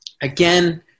Again